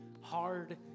hard